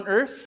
Earth